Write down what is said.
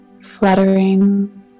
fluttering